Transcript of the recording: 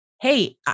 hey